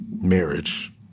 Marriage